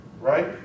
Right